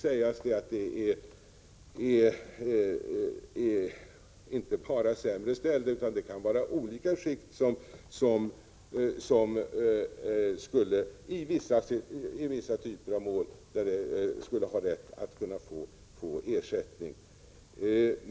Det är emellertid inte bara sämre ställda, utan det kan vara människor i olika skikt av samhället som i vissa mål borde ha rätt att få ersättning.